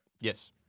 Yes